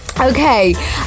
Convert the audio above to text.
Okay